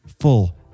full